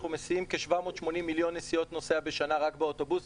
אנחנו מסיעים כ-780 מיליון נסיעות נוסע בשנה רק באוטובוסים,